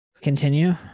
Continue